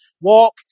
walk